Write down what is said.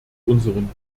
unseren